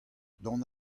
dont